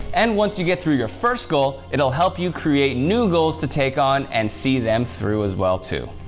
and once you get through your first goal, it'll help you create new goals to take on and see them through as well, too.